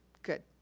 good.